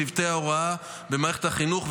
צוותי ההוראה במערכת החינוך,